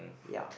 ya